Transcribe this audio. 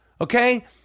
Okay